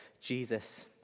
Jesus